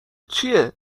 چیه